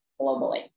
globally